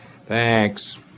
Thanks